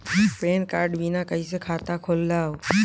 Pan card बिना कइसे खाता खोलव?